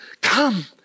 come